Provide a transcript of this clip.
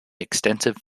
extensive